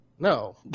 No